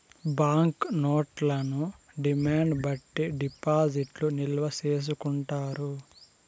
bank నోట్లను demand బట్టి డిపాజిట్లు నిల్వ చేసుకుంటారు